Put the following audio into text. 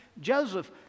Joseph